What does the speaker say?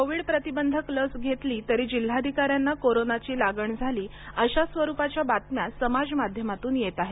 Covid प्रतिबंधक लस घेतली तरी जिल्हाधिकाऱ्यांना कोरोनाची लागण झाली अशा स्वरूपाच्या बातम्या समाज माध्यमातून येत आहेत